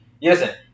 yes